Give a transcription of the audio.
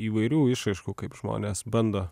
įvairių išraiškų kaip žmonės bando